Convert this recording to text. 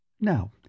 Now